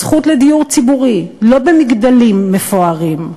זכות לדיור ציבורי, לא במגדלים מפוארים,